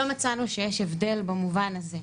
לא מצאנו שיש הבדל במובן הזה.